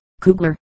Kugler